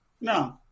No